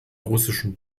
russischen